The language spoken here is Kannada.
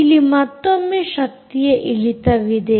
ಇಲ್ಲಿ ಮತ್ತೊಮ್ಮೆ ಶಕ್ತಿಯ ಇಳಿತವಿದೆ